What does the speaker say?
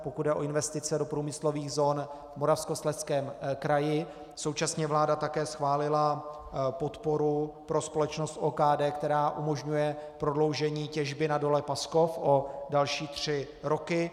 Pokud jde o investice do průmyslových zón v Moravskoslezském kraji, současně vláda také schválila podporu pro společnost OKD, která umožňuje prodloužení těžby na dole Paskov o další tři roky.